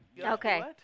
Okay